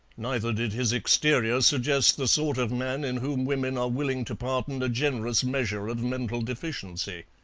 neither did his exterior suggest the sort of man in whom women are willing to pardon a generous measure of mental deficiency.